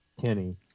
Kenny